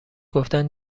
گفتن